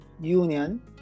Union